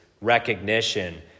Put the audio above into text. recognition